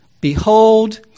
behold